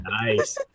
Nice